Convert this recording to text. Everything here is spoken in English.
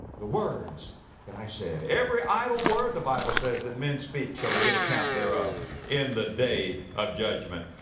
the words that i said. every idle word, the bible says that men speak, shall they give account thereof in the day of judgment.